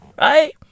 Right